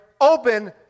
Open